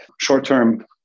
short-term